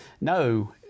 no